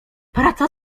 praca